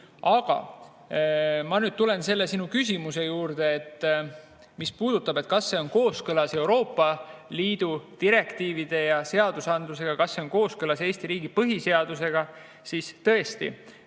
Aga ma tulen nüüd sinu küsimuse juurde, mis puudutab seda, kas see on kooskõlas Euroopa Liidu direktiivide ja seadusandlusega, kas see on kooskõlas Eesti riigi põhiseadusega. Tõesti,